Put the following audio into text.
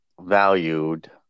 valued